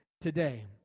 today